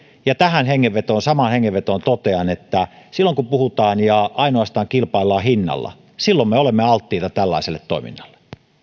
ja tähän hengenvetoon samaan hengenvetoon totean että silloin kun puhutaan ainoastaan hinnasta ja kilpaillaan ainoastaan hinnalla silloin me olemme alttiita tällaiselle toiminnalle